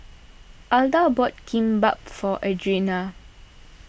Alda bought Kimbap for Adrianna